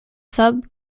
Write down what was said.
sub